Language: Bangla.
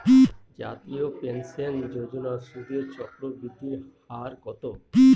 জাতীয় পেনশন যোজনার সুদের চক্রবৃদ্ধি হার কত?